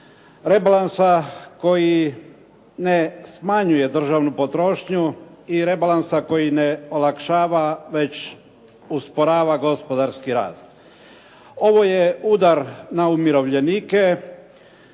rebalansa koji ne smanjuje državnu potrošnju i rebalansa koji ne olakšava, već usporava gospodarski rast. Ovo je udar na umirovljenike